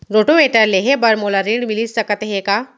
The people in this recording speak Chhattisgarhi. रोटोवेटर लेहे बर मोला ऋण मिलिस सकत हे का?